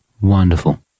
Wonderful